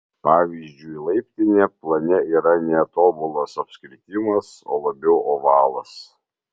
pavyzdžiui laiptinė plane yra ne tobulas apskritimas o labiau ovalas